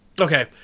Okay